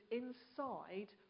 inside